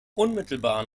unmittelbar